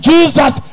Jesus